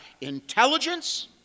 intelligence